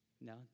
No